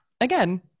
again